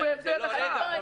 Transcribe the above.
המדינה לא שלחה אותם.